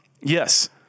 Yes